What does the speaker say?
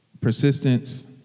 Persistence